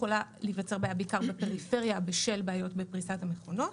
יכולה להיווצר בעיקר בעיה בפריפריה בשל בעיות בפריסת המכונות.